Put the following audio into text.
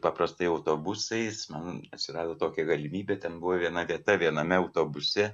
paprastai autobusais nu atsirado tokia galimybė ten buvo viena vieta viename autobuse